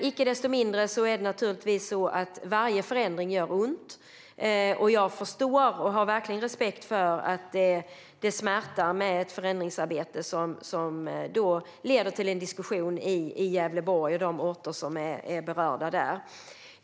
Icke desto mindre gör naturligtvis varje förändring ont, och jag förstår och har verkligen respekt för att det smärtar med ett förändringsarbete som leder till en diskussion i Gävleborg och på de orter där som berörs.